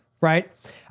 Right